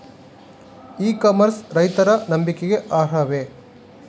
E commerce ರೈತರ ನಂಬಿಕೆಗೆ ಅರ್ಹವೇ?